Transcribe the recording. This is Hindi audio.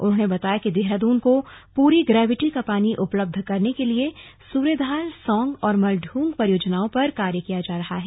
उन्होंने बताया कि से देहरादून को पूरी ग्रेविटी का पानी उपलब्ध करने के लिए सूर्यधार सौंग और मलदूग परियोजनाओं पर कार्य किया जा रहा है